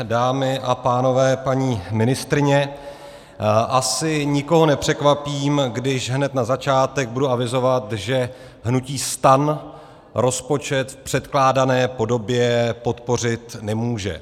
Dámy a pánové, paní ministryně, asi nikoho nepřekvapím, když hned na začátek budu avizovat, že hnutí STAN rozpočet v předkládané podobě podpořit nemůže.